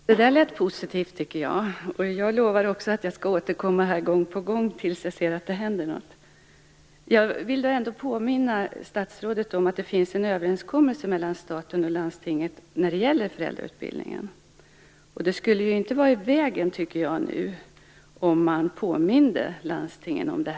Fru talman! Det där lät positivt, och jag lovar jag skall återkomma gång på gång tills jag ser att det händer något. Jag vill ändå påminna statsrådet om att det finns en överenskommelse mellan staten och landstinget om föräldrautbildning. Det skulle inte vara i vägen om man i dessa besparingstider påminde landstingen om det.